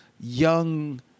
young